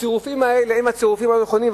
והצירופים האלה, אם הצירופים היו נכונים.